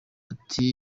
ati